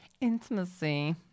Intimacy